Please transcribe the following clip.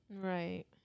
Right